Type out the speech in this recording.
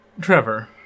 Trevor